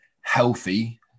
healthy